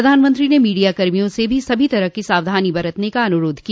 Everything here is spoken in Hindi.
प्रधानमंत्री ने मीडियाकर्मियों से भी सभी तरह की सावधानी बरतने का अनुरोध किया